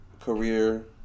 career